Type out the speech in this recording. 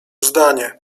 zdanie